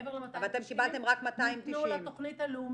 אבל אתם קיבלתם רק 290. מעבר ל-290 ניתנו לתכנית הלאומית.